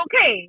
okay